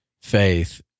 faith